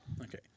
Okay